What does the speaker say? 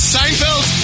Seinfeld